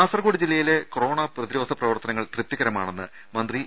കാസർകോട് ജില്ലയിലെ കൊറോണ പ്രതിരോധ പ്രവർത്തനങ്ങൾ തൃപ്തി കരമാണെന്ന് മന്ത്രി ഇ